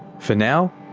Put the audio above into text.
for now,